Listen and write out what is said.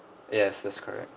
yes that's correct